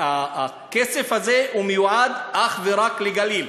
הכסף הזה מיועד אך ורק לגליל,